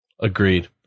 Agreed